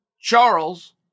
Charles